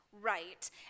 right